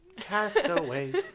Castaways